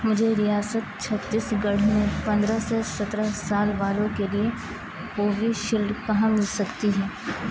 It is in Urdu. مجھے ریاست چھتیس گڑھ میں پندرہ سے سترہ سال والوں کے لیے کووشیلڈ کہاں مل سکتی ہے